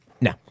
No